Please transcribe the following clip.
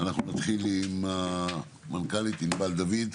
אנחנו נתחיל עם המנכ"לית ענבל דוד,